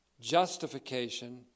Justification